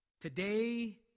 Today